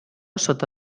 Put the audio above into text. sota